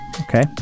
Okay